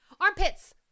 Armpits